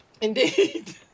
Indeed